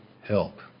help